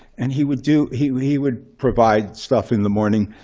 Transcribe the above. and he would do he he would provide stuff in the morning.